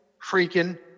freaking